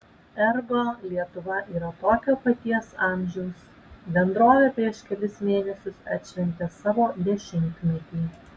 ergo lietuva yra tokio paties amžiaus bendrovė prieš kelis mėnesius atšventė savo dešimtmetį